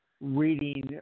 reading